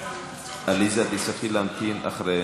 עליזה, תצטרכי להמתין אחרי